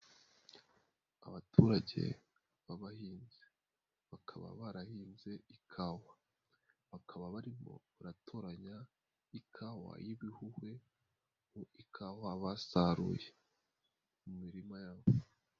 Abaturage b'abahinzi bakaba barahinze ikawa, bakaba barimo baratoranya ikawa y'ibihuhwe mu ikawa basaruye mu mirima yabo.